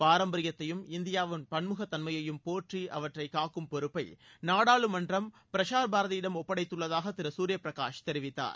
பாரம்பரியத்தையும் இந்தியாவின் பன்முகத்தமன்மையையும் போற்றி அவற்றை காக்கும் பொறுப்பை நாடாளுமன்றம் பிரசார் பாரதியிடம் ஒப்படைத்துள்ளதாக திரு சூரிய பிரகாஷ் தெரிவித்தார்